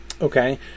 Okay